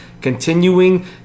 continuing